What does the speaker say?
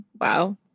Wow